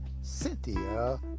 Cynthia